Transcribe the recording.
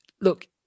look